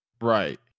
Right